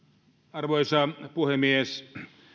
arvoisa puhemies